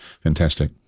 fantastic